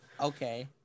Okay